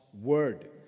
Word